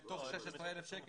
4,000 שקלים מתוך 16,000 שקלים.